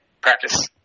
practice